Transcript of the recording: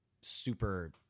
super